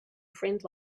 friend